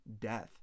death